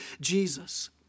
Jesus